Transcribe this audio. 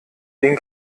den